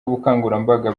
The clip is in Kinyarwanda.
ubukangurambaga